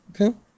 okay